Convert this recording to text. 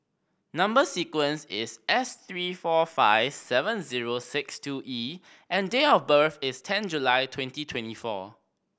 number sequence is S three four five seven zero six two E and date of birth is ten July twenty twenty four